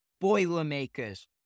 Boilermakers